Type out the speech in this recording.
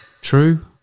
True